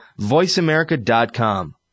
voiceamerica.com